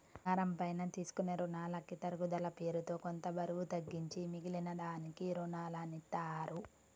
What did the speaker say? బంగారం పైన తీసుకునే రునాలకి తరుగుదల పేరుతో కొంత బరువు తగ్గించి మిగిలిన దానికి రునాలనిత్తారు